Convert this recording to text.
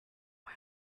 why